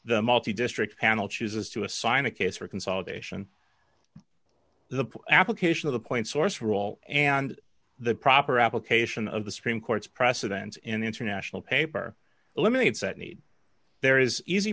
the multi district panel chooses to assign a case for consolidation the application of the point source rule and the proper application of the supreme court's precedents in international paper eliminates that need there is easy